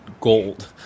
gold